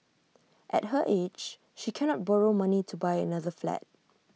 at her age she cannot borrow money to buy another flat